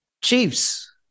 Chiefs